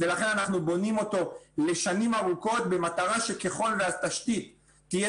ולכן אנחנו בונים אותו לשנים ארוכות במטרה שככל שהתשתית תהיה